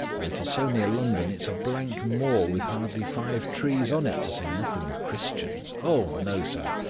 though it is so near london, it's a blank moor with hardly five trees on it, to say nothing of christians. oh, no, sir,